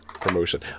promotion